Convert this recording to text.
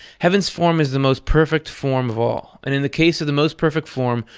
heaven's form is the most perfect form of all and in the case of the most perfect form,